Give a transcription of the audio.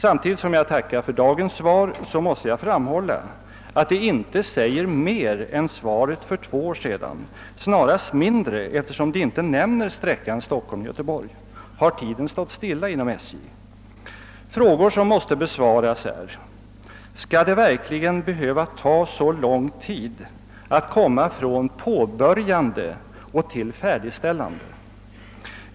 Samtidigt som jag tackar för dagens svar måste jag framhålla att det inte säger mer än svaret för två år sedan, snarare mindre eftersom det inte nämner sträckan Stockholm— Göteborg. Har tiden stått stilla inom SJ? Två frå gor som måste besvaras är följande: Skall det verkligen behöva ta så lång tid att komma från påbörjande till färdigställande?